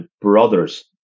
brothers